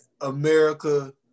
America